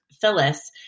Phyllis